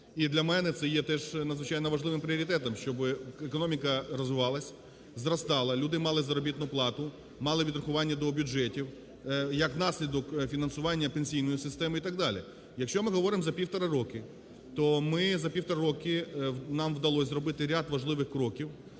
і для мене це є теж надзвичайно важливим пріоритетом, щоби економіка розвивалася, зростала, люди мали заробітну плату, мали відрахування до бюджетів, як наслідок – фінансування пенсійної системи і так далі. Якщо ми говоримо за півтора роки, то ми за півтора роки, нам вдалося зробити ряд важливих кроків,